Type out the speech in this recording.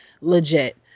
legit